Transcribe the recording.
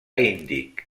índic